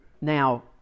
Now